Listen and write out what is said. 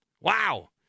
Wow